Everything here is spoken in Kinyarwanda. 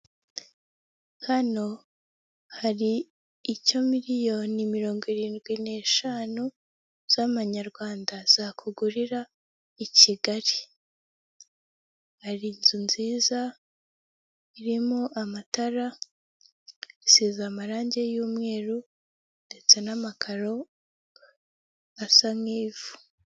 Hano hari icyo miliyoni mirongo irindwi n'eshanu z'amanyarwanda zakugurira i Kigali. Hari inzu nziza irimo amatara isize amarangi y'umweru ndetse n'amakaro asa nk'ivu.